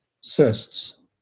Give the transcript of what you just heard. cysts